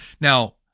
Now